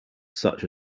such